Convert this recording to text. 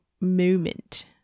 moment